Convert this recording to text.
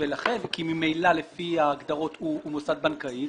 כי ממילא לפי ההגדרות הוא מוסד בנקאי.